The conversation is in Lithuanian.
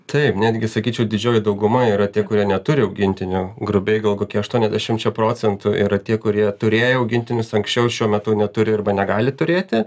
taip netgi sakyčiau didžioji dauguma yra tie kurie neturi augintinių grubiai gal kokie aštuoniasdešimčia procentų yra tie kurie turėjo augintinius anksčiau šiuo metu neturi arba negali turėti